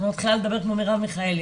אני כבר מתחילה לדבר כמו מרב מיכאלי,